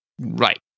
right